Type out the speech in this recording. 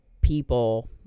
people